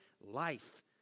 life